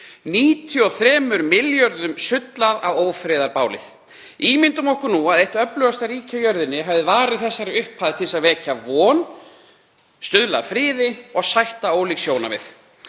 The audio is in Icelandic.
93 milljörðum sullað á ófriðarbálið. Ímyndum okkur nú að eitt öflugasta ríki á jörðinni hefði varið þessari upphæð til að vekja von, stuðla að friði og sætta ólík sjónarmið.